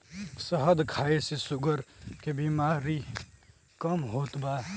शहद खाए से शुगर के बेमारी कम होत बा